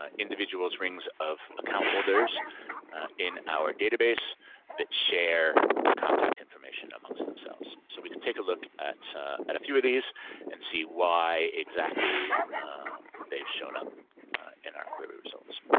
ah individual's rings of account holders in our database that share contact information amongst themselves. so we can take a look at at a few of these and see why exactly they've shown up in our query results.